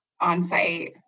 on-site